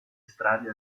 strade